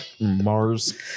Mars